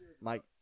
Mike